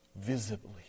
visibly